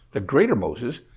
the greater moses,